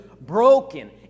broken